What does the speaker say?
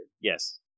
Yes